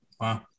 Wow